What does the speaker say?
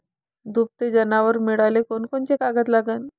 दुभते जनावरं मिळाले कोनकोनचे कागद लागन?